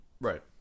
Right